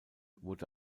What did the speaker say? wurde